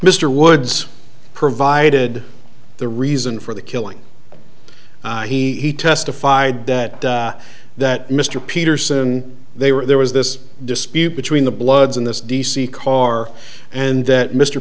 mr woods provided the reason for the killing he testified that that mr peterson they were there was this dispute between the bloods and this d c car and that mr